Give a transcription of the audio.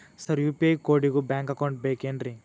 Sir UPI ಕೋಡಿಗೂ bank account ಬೇಕೆನ್ರಿ?